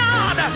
God